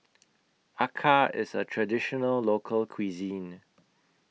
Acar IS A Traditional Local Cuisine